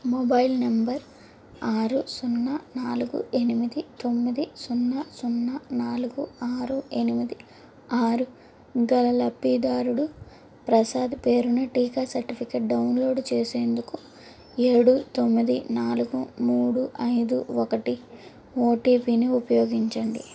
mobile number ఆరు సున్నా నాలుగు ఎనిమిది తొమ్మిది సున్నా సున్నా నాలుగు ఆరు ఎనిమిది ఆరు గల లబ్ధిదారుడు ప్రసాద్ పేరుని టీకా సర్టిఫికేట్ డౌన్లోడ్ చేసేందుకు ఏడు తొమ్మిది నాలుగు మూడు ఐదు ఒకటి ఓటిపిని ఉపయోగించండి